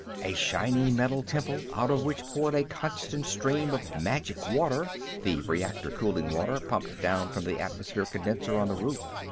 a shiny metal temple out of which poured a constant stream of magic water the reactor-cooling water pumped down from the atmosphere condenser on the roof.